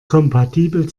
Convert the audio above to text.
kompatibel